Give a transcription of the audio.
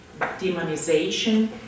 demonization